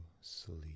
sleep